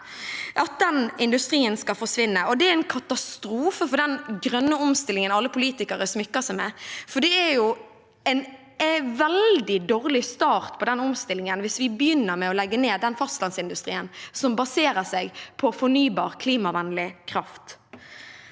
for det gjør den, skal forsvinne. Det er en katastrofe for den grønne omstillingen alle politikere smykker seg med, for det er jo en veldig dårlig start på den omstillingen hvis vi begynner med å legge ned fastlandsindustrien som baserer seg på fornybar, klimavennlig kraft.